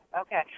okay